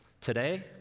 Today